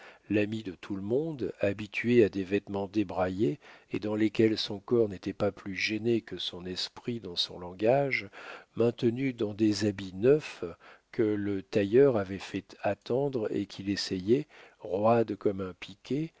l'ami de tout le monde habitué à des vêtements débraillés commodes et dans lesquels son corps n'était pas plus gêné que son esprit dans son langage maintenu dans des habits neufs que le tailleur avait fait attendre et qu'il essayait roide comme un piquet